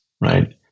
right